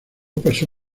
pasó